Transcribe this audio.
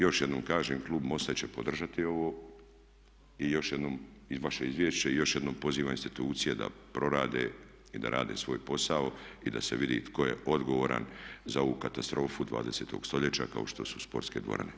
Još jednom kaže, klub MOST-a će podržati ovo i još jednom vaše izvješće i još jednom pozivam institucije da prorade i da rade svoj posao i da se vidi tko je odgovaran za ovu katastrofu 20. stoljeća kao što su sportske dvorane.